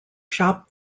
shop